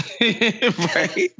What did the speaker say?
right